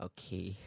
Okay